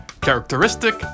Characteristic